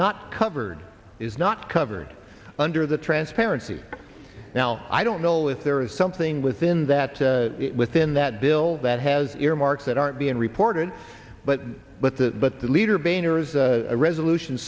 not covered is not covered under the transparency now i don't know if there is something within that within that bill that has earmarks that aren't being reported but but the but the leader boehner is a resolution